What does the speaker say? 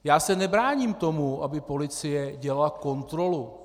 Já se nebráním tomu, aby policie dělala kontrolu.